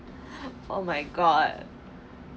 oh my god